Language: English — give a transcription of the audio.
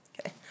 okay